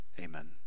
amen